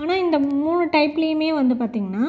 ஆனால் இந்த மூணு டைப்லையுமே வந்து பார்த்தீங்கன்னா